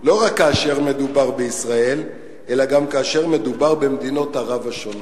לא רק כאשר מדובר בישראל אלא גם כאשר מדובר במדינות ערב השונות.